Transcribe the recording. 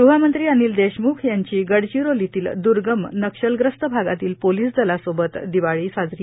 गृहमंत्री अनिल देशम्ख यांची गडचिरोलीतील द्र्गम नक्षलग्रस्त भागातील पोलीस दलासोबत दिवाळी साजरी